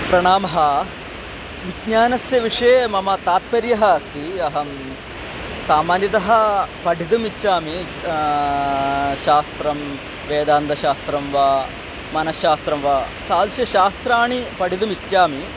प्रणामः विज्ञानस्य विषये मम तात्पर्यः अस्ति अहं सामान्यतः पठितुम् इच्छामि शास्त्रं वेदान्तशास्त्रं वा मनश्शास्त्रं वा तादृशं शास्त्राणि पठितुमिच्छामि